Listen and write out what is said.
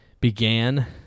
began